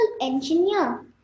engineer